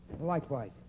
Likewise